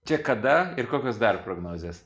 čia kada ir kokios dar prognozės